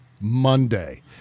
Monday